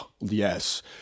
Yes